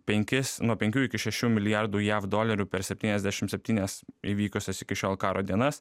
penkis nuo penkių iki šešių milijardų jav dolerių per septyniasdešim septynias įvykusias iki šiol karo dienas